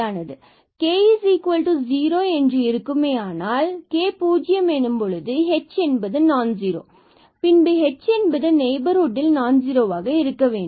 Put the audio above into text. k0 என்று இருக்குமேயானால் k0 எனும் பொழுது h என்பது நான் ஜீரோ பின்பு h என்பது நெய்பர்ஹுட் ல் நான் ஜுரோவாக இருக்க வேண்டும்